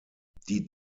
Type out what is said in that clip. die